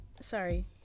sorry